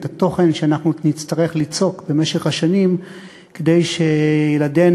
התוכן שאנחנו נצטרך ליצוק במשך השנים כדי שילדינו